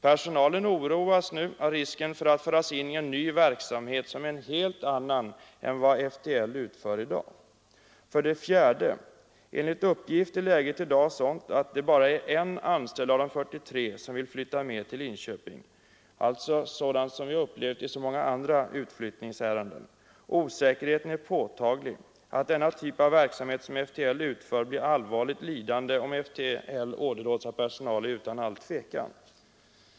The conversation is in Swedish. Personalen vid FTL oroas nu av risken för att föras in i en ny verksamhet som är en helt annan än vad FTL utför i dag. För det fjärde är läget enligt uppgift i dag sådant att bara en anställd av 43 vill flytta med till Linköping, alltså ett liknande förhållande som vi upplevt i så många andra utflyttningsärenden. Att den verksamhet som FTL utför blir allvarligt lidande, om laboratoriet åderlåts på personal, står utom allt tvivel.